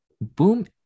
boom